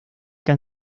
que